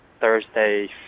Thursday